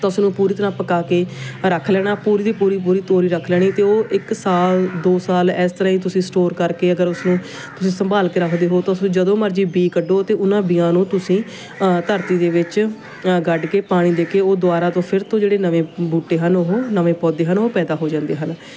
ਤਾਂ ਉਸ ਨੂੰ ਪੂਰੀ ਤਰ੍ਹਾਂ ਪਕਾ ਕੇ ਰੱਖ ਲੈਣਾ ਪੂਰੀ ਦੀ ਪੂਰੀ ਪੂਰੀ ਤੋਰੀ ਰੱਖ ਲੈਣੀ ਅਤੇ ਉਹ ਇੱਕ ਸਾਲ ਦੋ ਸਾਲ ਇਸ ਤਰ੍ਹਾਂ ਹੀ ਤੁਸੀਂ ਸਟੋਰ ਕਰਕੇ ਅਗਰ ਉਸਨੂੰ ਤੁਸੀਂ ਸੰਭਾਲ ਕੇ ਰੱਖਦੇ ਹੋ ਤਾਂ ਉਸਨੂੰ ਜਦੋਂ ਮਰਜ਼ੀ ਬੀ ਕੱਢੋ ਅਤੇ ਉਹਨਾਂ ਬੀਆਂ ਨੂੰ ਤੁਸੀਂ ਧਰਤੀ ਦੇ ਵਿੱਚ ਗੱਡ ਕੇ ਪਾਣੀ ਦੇ ਕੇ ਉਹ ਦੁਬਾਰਾ ਤੋਂ ਫਿਰ ਤੋਂ ਜਿਹੜੇ ਨਵੇਂ ਬੂਟੇ ਹਨ ਉਹ ਨਵੇਂ ਪੌਦੇ ਹਨ ਉਹ ਪੈਦਾ ਹੋ ਜਾਂਦੇ ਹਨ